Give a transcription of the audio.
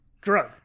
drug